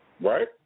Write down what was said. Right